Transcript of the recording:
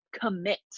commit